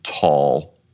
tall